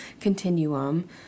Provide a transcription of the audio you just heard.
continuum